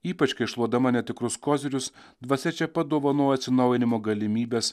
ypač kai šluodama netikrus kozirius dvasia čia padovanojo atsinaujinimo galimybes